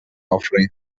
offering